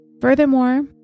Furthermore